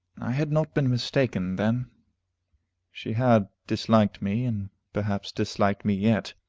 i had not been mistaken, then she had disliked me, and perhaps disliked me yet.